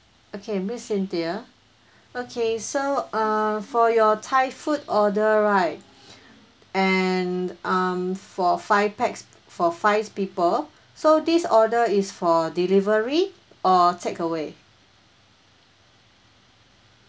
okay miss cynthia okay so uh for your thai food order right and um for five pax for five people so this order is for delivery or take away